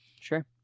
Sure